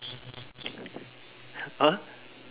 oh this one one minute question ah